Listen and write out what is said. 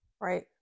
right